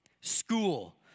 School